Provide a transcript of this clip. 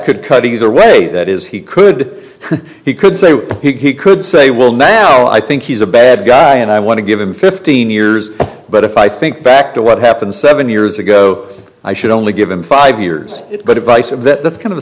could cut either way that is he could he could say he could say well now i think he's a bad guy and i want to give him fifteen years but if i think back to what happened seven years ago i should only give him five years but advice of that kind of a